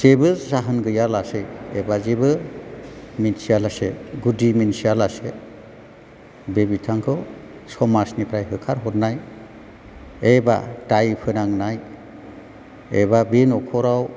जेबो जाहोन गैयालासे एबा जेबो मिथिया लासे गुदि मिन्थिया लासे बे बिथांखौ समाजनिफ्राय होखारहरनाय एबा दाय फोनांनाय एबा बे नखराव